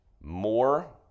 more